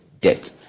debt